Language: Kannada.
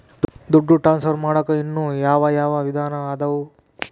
ದುಡ್ಡು ಟ್ರಾನ್ಸ್ಫರ್ ಮಾಡಾಕ ಇನ್ನೂ ಯಾವ ಯಾವ ವಿಧಾನ ಅದವು?